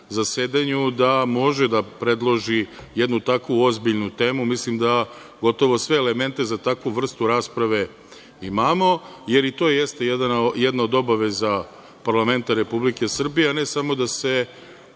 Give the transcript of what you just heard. da može da predloži jednu tako ozbiljnu temu. Mislim da gotovo sve elemente za takvu vrstu rasprave imamo, jer to i jeste jedna od obaveza parlamenta Republike Srbije, a ne samo da se